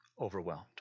overwhelmed